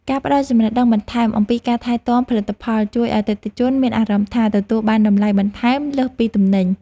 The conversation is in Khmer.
ការផ្តល់ចំណេះដឹងបន្ថែមអំពីការថែទាំផលិតផលជួយឱ្យអតិថិជនមានអារម្មណ៍ថា ទទួលបានតម្លៃបន្ថែមលើសពីទំនិញ។